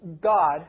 God